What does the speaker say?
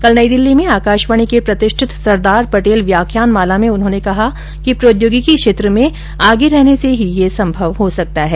कल नई दिल्ली में आकाशवाणी के प्रतिष्ठित सरदार पटेल व्याख्यान माला में उन्होंने कहा कि प्रौद्योगिकी के क्षेत्र में आगे रहने से ही यह संभव हो सकता है